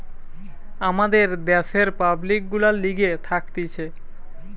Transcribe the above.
আমাদের দ্যাশের পাবলিক গুলার লিগে থাকতিছে